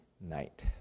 night